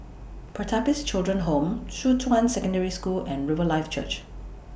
Pertapis Children Home Shuqun Secondary School and Riverlife Church